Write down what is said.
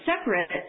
separate